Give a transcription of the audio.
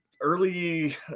early